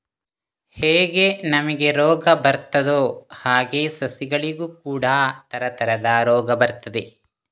ಹೇಗೆ ನಮಿಗೆ ರೋಗ ಬರ್ತದೋ ಹಾಗೇ ಸಸಿಗಳಿಗೆ ಕೂಡಾ ತರತರದ ರೋಗ ಬರ್ತದೆ